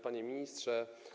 Panie Ministrze!